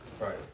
Right